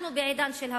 אנחנו בעידן של הפרטה,